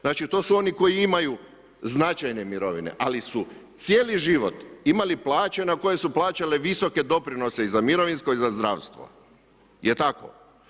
Znači to su oni koji imaju značajne mirovine, ali su cijeli život imali plaće na koje su plaćali visoke doprinose i za mirovinsko i za zdravstvo, jel tako?